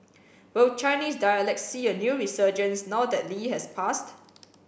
will Chinese dialects see a new resurgence now that Lee has passed